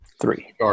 three